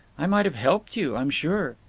i might have helped you, i'm sure.